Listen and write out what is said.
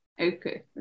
Okay